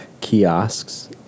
kiosks